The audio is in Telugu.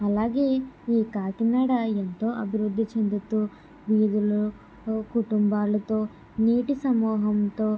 అలాగే ఈ కాకినాడ ఎంతో అభివృద్ధి చెందుతూ వీధిలో ఆ కుటుంబాలతో నీటి సమూహాంతో